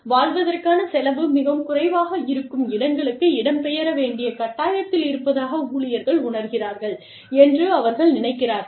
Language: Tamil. வாழ்வதற்கான செலவு மிகவும் குறைவாக இருக்கும் இடங்களுக்கு இடம்பெயர வேண்டிய கட்டாயத்தில் இருப்பதாக ஊழியர்கள் உணர்கிறார்கள் என்று அவர்கள் நினைக்கிறார்கள்